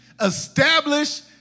establish